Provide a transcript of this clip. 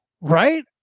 right